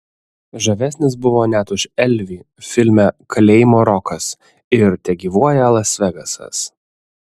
žavesnis buvo net už elvį filme kalėjimo rokas ir tegyvuoja las vegasas